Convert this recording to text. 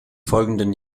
folgenden